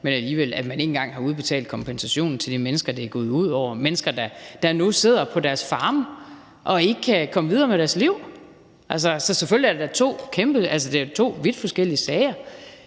med sagen at gøre, har udbetalt kompensationen til de mennesker, det er gået ud over. Det er mennesker, der nu sidder på deres farme og ikke kan komme videre med deres liv. Så selvfølgelig er der da tale om to vidt forskellige sager.